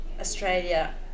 Australia